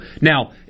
Now